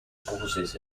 pauses